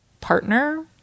partner